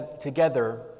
together